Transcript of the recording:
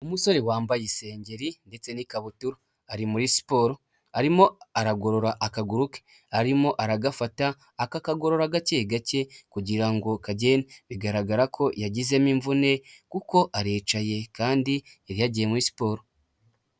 Umusore wambaye isengeri ndetse n'ikabutura ari muri siporo, arimo aragorora akaguru ke, arimo aragafata akakagorora gake gake kugira ngo kagende, bigaragara ko yagizemo imvune kuko aricaye kandi yari yagiye muri siporo.